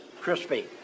Crispy